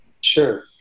Sure